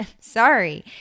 sorry